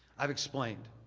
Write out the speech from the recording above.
i've explained.